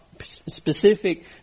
specific